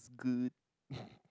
good